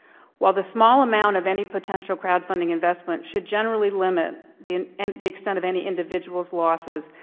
while the small amount of any potential crowdfunding investment should generally limit the and and the extent of any individual's losses,